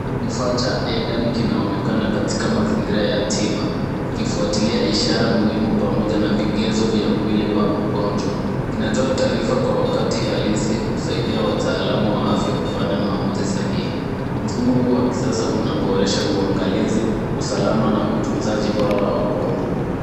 Kifaa cha Eden cs] kinaonekana katika mazingira ya tiba kikifwatilia ishara muhimu pamoja na vikezo vha mwili ya mngonjwa kinatoa tarifa kwa wakati halizi kusaidia wataalum wa afya kufanya mahamuzi sahihi mfumo huu wa kisasa uboresha uangalizi usalama na utunzaji bora ya wagonjwa.